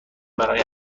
برای